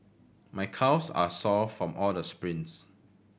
my calves are sore from all the sprints